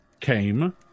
came